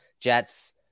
Jets